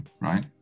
right